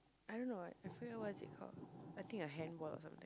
I don't know I I feel what's it called I think a handball or something